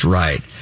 right